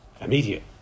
immediate